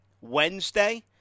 Wednesday